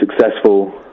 successful